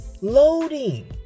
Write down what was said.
loading